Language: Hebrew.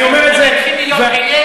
להתחיל להיות עילג,